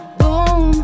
boom